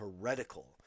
heretical